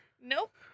Nope